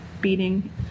beating